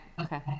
Okay